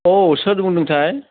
औ सोर बुंदोंथाय